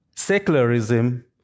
Secularism